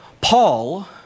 Paul